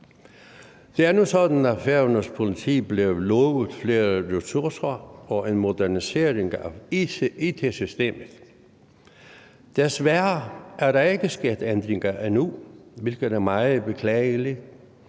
Det er nu sådan, at Færøernes politi blev lovet flere ressourcer og en modernisering af it-systemet, men desværre er der ikke sket ændringer endnu, hvilket er meget beklageligt,